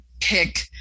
pick